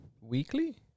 weekly